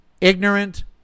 ignorant